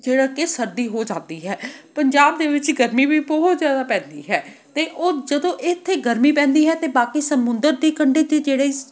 ਜਿਹੜਾ ਕਿ ਸਰਦੀ ਹੋ ਜਾਂਦੀ ਹੈ ਪੰਜਾਬ ਦੇ ਵਿੱਚ ਗਰਮੀ ਵੀ ਬਹੁਤ ਜ਼ਿਆਦਾ ਪੈਂਦੀ ਹੈ ਅਤੇ ਉਹ ਜਦੋਂ ਇੱਥੇ ਗਰਮੀ ਪੈਂਦੀ ਹੈ ਤਾਂ ਬਾਕੀ ਸਮੁੰਦਰ ਦੇ ਕੰਢੇ 'ਤੇ ਜਿਹੜੇ